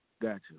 Gotcha